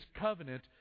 covenant